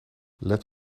let